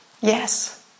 yes